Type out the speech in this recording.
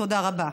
תודה רבה.